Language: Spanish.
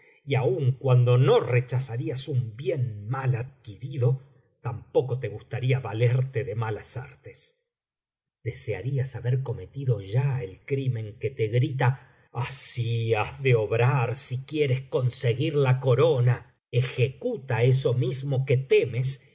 y aun cuando no rechazarías un bien mal adquirido tampoco te gustaría valerte de malas artes desearías haber cometido ya el crimen que te grita así has de obrar si quieres conseguir la corona ejecuta eso mismo que temes